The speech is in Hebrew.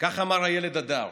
כך אמר הילד הדר